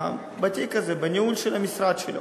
בתיק הזה, בניהול של המשרד שלו.